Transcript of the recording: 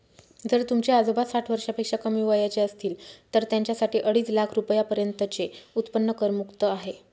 जर तुमचे आजोबा साठ वर्षापेक्षा कमी वयाचे असतील तर त्यांच्यासाठी अडीच लाख रुपयांपर्यंतचे उत्पन्न करमुक्त आहे